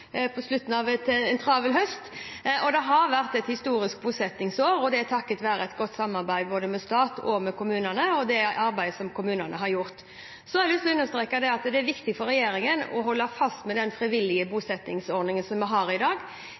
på slutten av en travel høst. Det har vært et historisk bosettingsår, og det er takket være et godt samarbeid med både stat og kommuner og det arbeidet som kommunene har gjort. Så har jeg lyst til å understreke at det er viktig for regjeringen å holde fast ved den frivillige bosettingsordningen som vi har i dag.